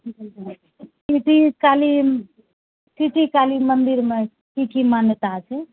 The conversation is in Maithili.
सिटी काली सिटी काली मन्दिरमे की की मान्यता छै